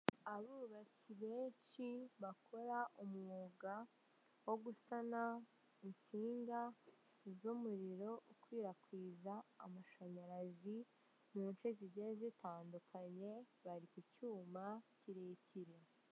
Abubatsi benshi bakora umwuga wo gusana insinga z'umuriro ukwirakwiza amashanyarazi mu nshe zigiye zitandukanye bari ku cyuma kirekire